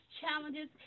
challenges